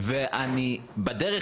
אבל אם יעצרו אותי עם מדבקות פנטה ברחוב